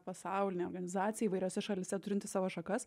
pasaulinė organizacija įvairiose šalyse turinti savo šakas